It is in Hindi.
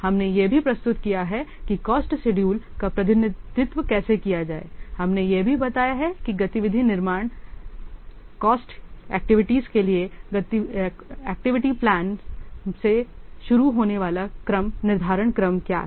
हमने यह भी प्रस्तुत किया है कि कॉस्ट शेडूल का प्रतिनिधित्व कैसे किया जाए हमने यह भी बताया है कि एक्टिविटी के निर्माण कोच प्लानिंग के लिए एक्टिविटी प्लान से शुरू होने वाला क्रम निर्धारण क्रम क्या है